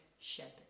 shepherd